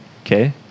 okay